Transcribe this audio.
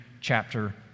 chapter